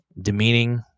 demeaning